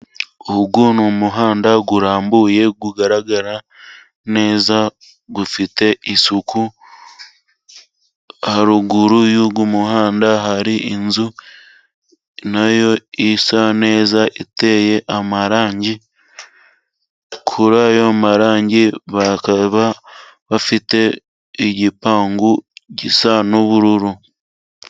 Uyu ni umuhanda urambuye ugaragara neza ufite isuku. Haruguru y' Umuhanda hari inzu nayo isa neza iteye amarangi, kuri ayo marangi bakaba bafite igipangu gisa n'ubururu.